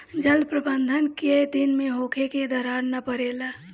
जल प्रबंधन केय दिन में होखे कि दरार न परेला?